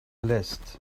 list